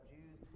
Jews